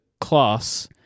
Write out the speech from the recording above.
class